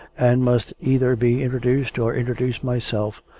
and must either be introduced or introduce myself,